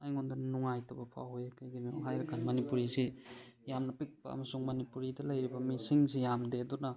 ꯑꯩꯉꯣꯟꯗ ꯅꯨꯡꯉꯥꯏꯇꯕ ꯐꯥꯎꯏ ꯀꯩꯒꯤꯅꯣ ꯍꯥꯏꯔ ꯀꯥꯟꯗ ꯃꯅꯤꯄꯨꯔꯤꯁꯤ ꯌꯥꯝꯅ ꯄꯤꯛꯄ ꯑꯃꯁꯨꯡ ꯃꯅꯤꯄꯨꯔꯤꯗ ꯂꯩꯔꯤꯕ ꯃꯤꯁꯤꯡꯁꯤ ꯌꯥꯝꯗꯦ ꯑꯗꯨꯅ